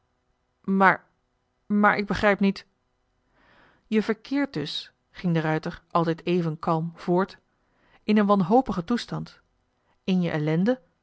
maar maar ik begrijp niet je verkeert dus ging de ruijter altijd even kalm voort in een wanhopigen toestand in je ellende